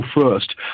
first